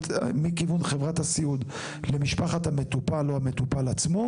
חברת הסיעוד למשפחת המטופל או המטופל עצמו.